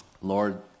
Lord